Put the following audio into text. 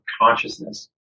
consciousness